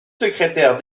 secrétaire